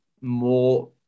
more